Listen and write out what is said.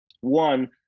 one